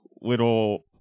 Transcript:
little